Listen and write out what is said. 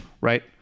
Right